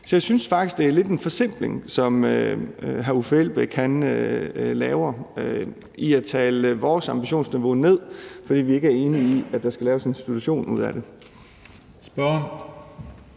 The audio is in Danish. Så jeg synes faktisk, det er lidt en forsimpling, som hr. Uffe Elbæk laver i at tale vores ambitionsniveau ned, fordi vi ikke er enige i, at der skal laves en institution ud af det. Kl.